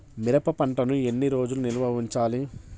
మిరప పంటను ఎన్ని రోజులు నిల్వ ఉంచాలి?